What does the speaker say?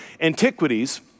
Antiquities